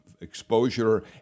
exposure